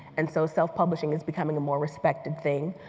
and so, self-publishing is becoming a more respected thing.